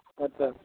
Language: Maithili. अच्छा